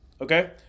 Okay